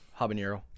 Habanero